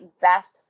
best